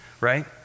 right